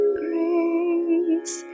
grace